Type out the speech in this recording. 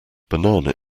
banana